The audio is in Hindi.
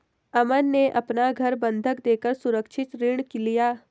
अमन ने अपना घर बंधक देकर सुरक्षित ऋण लिया